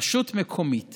רשות מקומית